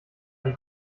die